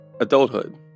adulthood